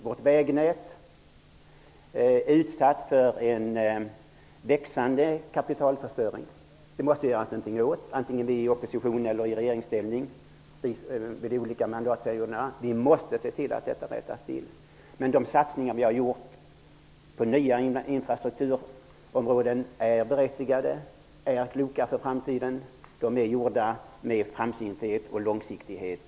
Vårt vägnät är utsatt för en växande kapitalförstöring som det måste göras någonting åt, antingen vi befinner oss i opposition eller i regeringsställning. Vi måste se till att detta rättas till. Men de satsningar som vi har gjort på nya infrastruktursområden är berättigade och kloka inför framtiden. Satsningarna är i grunden gjorda med framsynthet och långsiktighet.